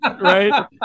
right